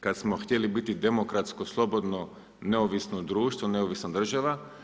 Kad smo htjeli biti demokratsko slobodno neovisno društvo, neovisna država.